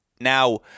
Now